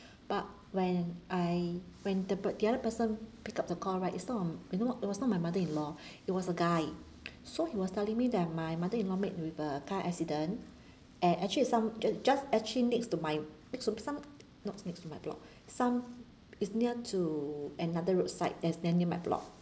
but when I when the p~ the other person pick up the call right it's not um you know what it was not my mother in law it was a guy so he was telling me that my mother in law met with a car accident and actually is some j~ just actually next to my next to some not next to my block some is near to another roadside that's very near my block